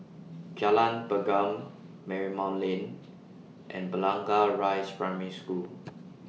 Jalan Pergam Marymount Lane and Blangah Rise Primary School